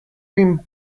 been